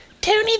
Tony